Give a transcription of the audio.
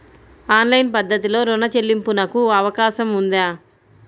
Online పద్ధతిలో రుణ చెల్లింపునకు అవకాశం ఉందా?